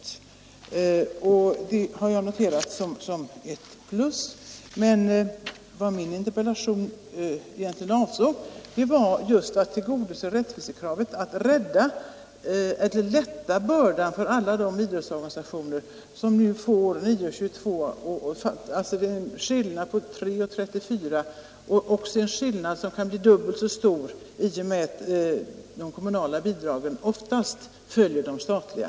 Jag ir på de löften som har noterat detta som ett plus, men min interpellation avsåg just att tillgodose rättvisekravet att lätta bördan för alla de idrottsorganisationer som nu får bara 6:22 och för vilka den verkliga skillnaden i stöd kan bli dubbelt så stor i och med att de kommunala bidragen oftast följer de statliga.